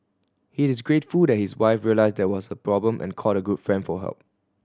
he is grateful that his wife realised there was a problem and called a good friend for help